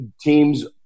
teams –